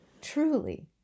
truly